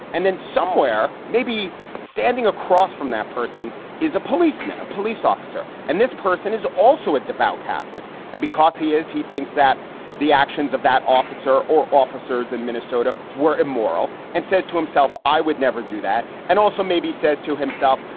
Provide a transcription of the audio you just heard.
and then somewhere, maybe standing across from that person is a policeman, a police officer. and this person is also a devout catholic. and because he is, he thinks that the actions of that officer or officers in minnesota were immoral and says to himself, i would never do. and also maybe says to himself,